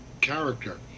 character